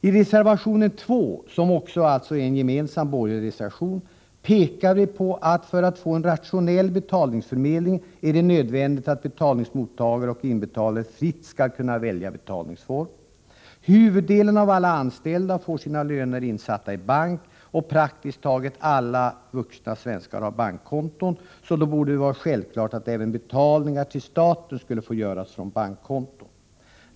I reservation 2, som också är en gemensam borgerlig reservation, pekar vi på att det för att man skall kunna få en rationell betalningsförmedling är nödvändigt att betalningsmottagare och inbetalare fritt kan välja betalningsform. Huvuddelen av alla anställda får sina löner insatta i bank, och praktiskt taget alla vuxna svenskar har bankkonton. Det borde vara självklart att även betalningar till staten skulle få göras från bankkonton.